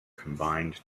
combined